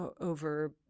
over